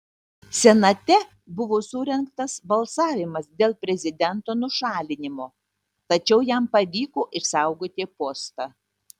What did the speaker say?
senate buvo surengtas balsavimas dėl prezidento nušalinimo tačiau jam pavyko išsaugoti postą